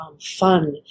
fun